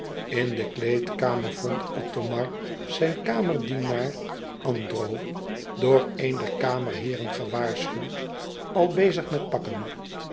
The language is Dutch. in de kleedkamer vond othomar zijn kamerdienaar andro door een der kamerheeren gewaarschuwd al bezig met pakken